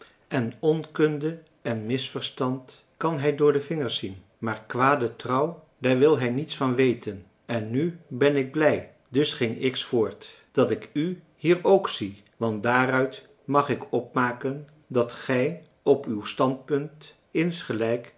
en onkunde en misverstand kan hij door de vingers zien maar kwade trouw daar wil hij niets van weten en nu ben ik blij dus ging x voort dat ik u hier ook zie want daaruit mag ik opmaken dat gij op uw standpunt insgelijk